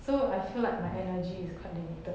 so I feel like my energy is quite limited